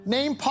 Name